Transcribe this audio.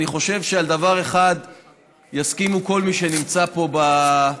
אני חושב שעל דבר אחד יסכים כל מי שנמצא פה באולם,